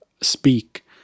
speak